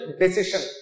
decision